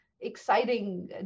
exciting